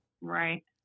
right